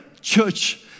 church